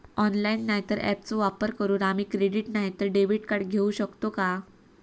Online नाय तर ऍपचो वापर करून आम्ही क्रेडिट नाय तर डेबिट कार्ड घेऊ शकतो का?